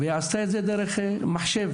והיא עשתה את זה דרך מחשב